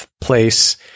place